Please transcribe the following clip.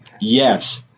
Yes